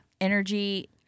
energy